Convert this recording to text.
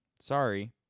Sorry